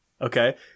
Okay